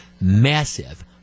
massive